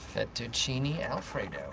fettuccine alfredo.